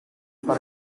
for